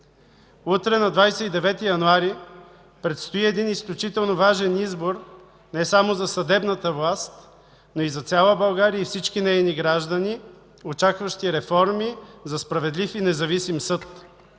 Утре, на 29 януари, предстои един изключително важен избор не само за съдебната власт, но и за цяла България и всички нейни граждани, очакващи реформи за справедлив и независим съд